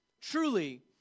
truly